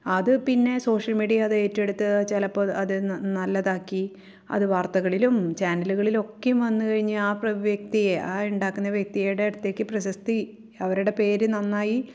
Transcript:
അത് പിന്നെ social media അത് ഏറ്റെടുത്ത് ചിലപ്പോള് അത് നല്ലതാക്കി അത് വാർത്തകളിലും ചാനലുകളിലൊക്കെയും വന്നുകഴിഞ്ഞ് ആ വ്യക്തിയെ ആ ഉണ്ടാക്കുന്ന വ്യക്തിയുടെ അടുത്തേക്ക് പ്രശസ്തി അവരുടെ പേര് നന്നായി